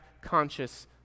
conscious